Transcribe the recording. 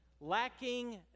Lacking